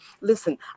Listen